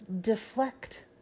deflect